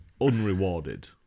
unrewarded